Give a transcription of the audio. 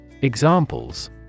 Examples